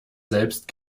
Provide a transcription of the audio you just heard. selbst